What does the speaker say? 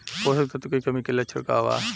पोषक तत्व के कमी के लक्षण का वा?